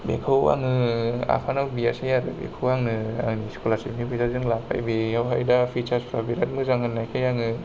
बेखौ आङो आफानाव बियासै आरो बेखौ आङो आंनि स्कलारशिपनि फैसाजों लाबाय बेयावहाय दा फिचार्सफोरा बिराट मोजां होननायखाय आङो